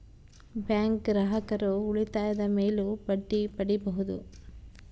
bank ಗ್ರಾಹಕರು ಉಳಿತಾಯದ ಮೇಲೂ ಬಡ್ಡಿ ಪಡೀಬಹುದು